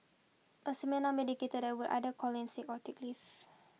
a similar that would either call in sick or take leave